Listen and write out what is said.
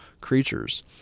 creatures